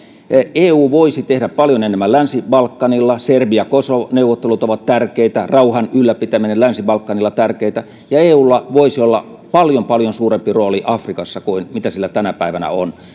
eu voisi tehdä paljon enemmän länsi balkanilla serbia kosovo neuvottelut ovat tärkeitä rauhan ylläpitäminen länsi balkanilla on tärkeätä ja eulla voisi olla paljon paljon suurempi rooli afrikassa kuin mitä sillä tänä päivänä on